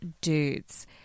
dudes